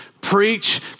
preach